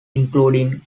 including